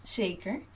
zeker